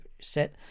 set